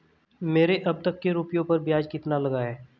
मेरे अब तक के रुपयों पर ब्याज कितना लगा है?